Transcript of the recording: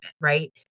right